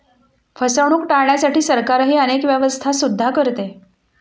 फसवणूक टाळण्यासाठी सरकारही अनेक व्यवस्था सुद्धा करते